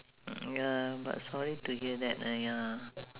ya but sorry to hear that !aiya!